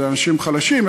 זה אנשים חלשים,